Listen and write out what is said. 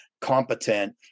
competent